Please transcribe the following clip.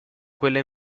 quella